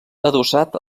adossat